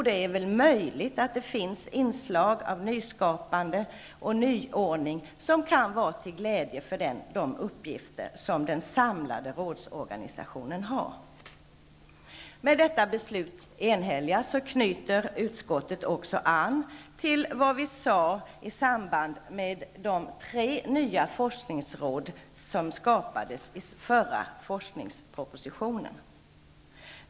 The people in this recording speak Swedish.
Det är väl möjligt att det finns inslag av nyskapande och nyordning som kan vara till glädje för de uppgifter som den samlade rådsorganisationen har. Med detta enhälliga förslag knyter utskottet också an till vad vi sade i samband med inrättandet av de tre nya forskningsråd som blev en följd av den förra forskningspropositionen.